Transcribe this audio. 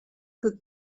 good